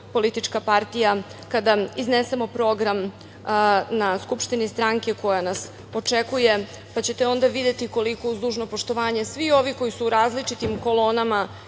politička partija kada iznesemo program na skupštini stranke koja nas očekuje pa ćete onda videti koliko, uz dužno poštovanje svih ovih koji su u različitim kolonama